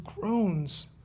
groans